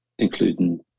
including